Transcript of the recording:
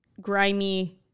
grimy